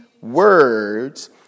words